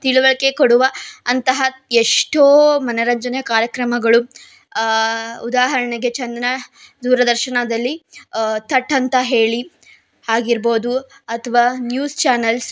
ತಿಳಿವಳಿಕೆ ಕೊಡುವ ಅಂತಹ ಎಷ್ಟೋ ಮನರಂಜನಾ ಕಾರ್ಯಕ್ರಮಗಳು ಉದಾಹರಣೆಗೆ ಚಂದನ ದೂರದರ್ಶನದಲ್ಲಿ ಥಟ್ ಅಂತ ಹೇಳಿ ಆಗಿರ್ಬೋದು ಅಥವಾ ನ್ಯೂಸ್ ಚಾನಲ್ಸ್